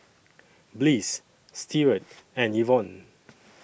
Bliss Steward and Evon